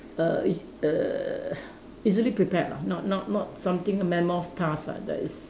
err is err easily prepared lah not not not something mammoth task lah that is